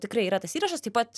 tikrai yra tas įrašas taip pat